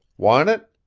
want it?